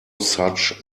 such